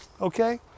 okay